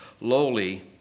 lowly